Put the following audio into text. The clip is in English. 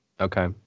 Okay